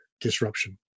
disruption